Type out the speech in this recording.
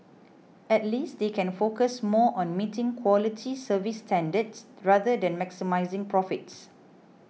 at least they can focus more on meeting quality service standards rather than maximising profits